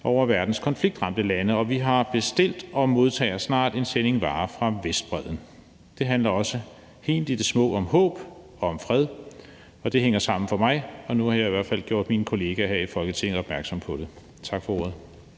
over verdens konfliktramte lande. Vi har bestilt og modtager snart en sending varer fra Vestbredden. Det handler også helt i det små om håb og om fred, og det hænger sammen for mig, og nu har jeg i hvert fald gjort mine kollegaer her i Folketinget opmærksom på det. Tak for ordet.